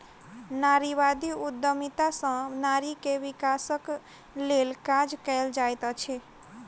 नारीवादी उद्यमिता सॅ नारी के विकासक लेल काज कएल जाइत अछि